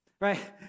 Right